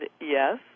yes